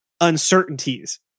uncertainties